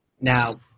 Now